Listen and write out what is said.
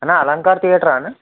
అన్న అలంకార్ థియేటరా అన్న